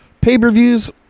pay-per-views